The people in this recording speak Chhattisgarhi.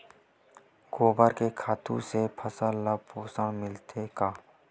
गोबर के खातु से फसल ल पोषण मिलथे का?